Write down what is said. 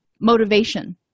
motivation